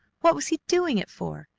what was he doing it for?